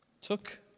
Took